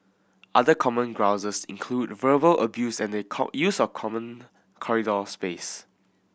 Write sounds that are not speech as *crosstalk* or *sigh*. other common grouses include verbal abuse and the *unintelligible* use of common corridor space